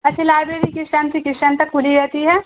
اچھا لائیبریری کس ٹائم سے کس ٹائم تک کھلی رہتی ہے